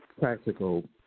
practical